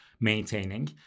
maintaining